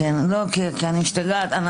בבקשה.